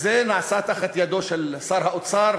וזה נעשה תחת ידו של שר האוצר